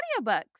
audiobooks